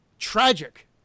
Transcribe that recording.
tragic